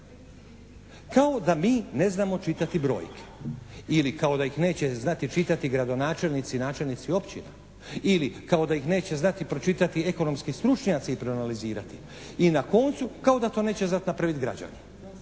Kao da mi ne znamo čitati brojke ili kao da ih neće znati čitati gradonačelnici i načelnici općina. Ili kao da ih neće znati pročitati ekonomski stručnjaci i proanalizirati. I na koncu kao da to neće znati napraviti građani.